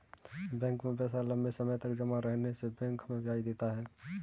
bank में पैसा लम्बे समय तक जमा रहने से बैंक हमें ब्याज देता है